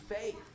faith